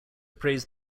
praised